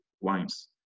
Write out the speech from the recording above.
wines